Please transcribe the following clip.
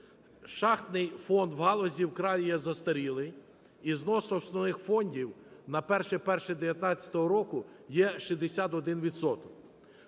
Шахтний фонд у галузі вкрай є застарілий, і знос основних фондів на 01.01.19-го року є 61